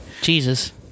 Jesus